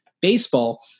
baseball